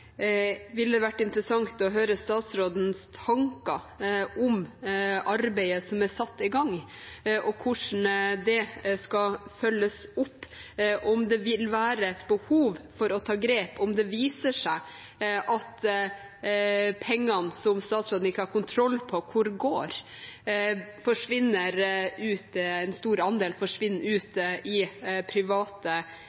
ville vært interessant å høre statsrådens tanker om arbeidet som er satt i gang, og hvordan det skal følges opp – om det vil være et behov for å ta grep om det viser seg at en stor andel av pengene, som statsråden ikke har kontroll på hvor går, forsvinner ut